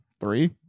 Three